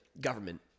government